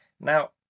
Now